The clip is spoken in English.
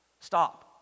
stop